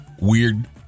weird